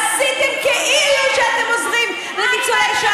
עשיתם כאילו שאתם עוזרים לניצולי שואה,